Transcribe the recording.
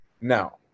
Now